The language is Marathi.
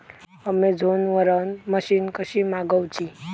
अमेझोन वरन मशीन कशी मागवची?